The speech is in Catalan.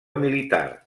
militar